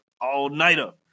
all-nighter